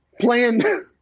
Playing